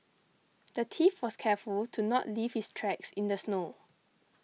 the thief was careful to not leave his tracks in the snow